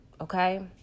okay